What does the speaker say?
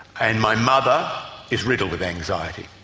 and my mother is riddled with anxiety,